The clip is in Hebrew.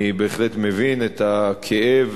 אני בהחלט מבין את הכאב,